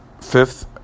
Fifth